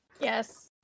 yes